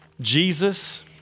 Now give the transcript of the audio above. Jesus